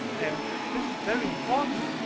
and this is very important,